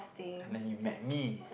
and then he met me